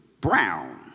brown